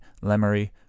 Lemery